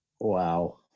Wow